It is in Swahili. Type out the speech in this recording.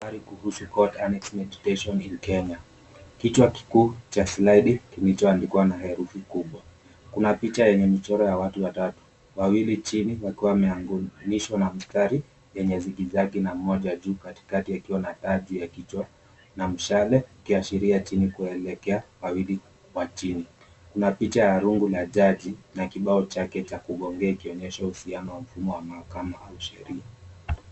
Habari kuhusu Court Enhancement Education in Kenya kichwa kikukuu cha slaidi kilichoandikwa na herufi kubwa. Kuna picha yenye michoro ya watu watano. Wawili chini wakiwa wameungushwa na mistari yenye zigizagi na moja juu katikati yakiwa na taa juu ya kichwa na mshale ikiashiria chini kuelekea upande wa chini. Kuna picha la rungu la Jaji na kibao chake cha kugongea ikionyesha uhusiano wa mfumo wa mahakama au Sheria.